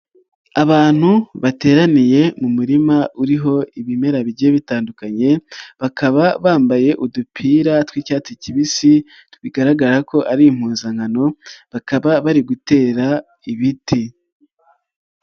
Abantu bateraniye mu murima uriho ibimera bigiye bitandukanye bakaba bambaye udupira tw'icyatsi kibisi bigaragara ko ari impuzankano bakaba bari gutera ibiti.